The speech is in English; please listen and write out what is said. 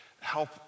help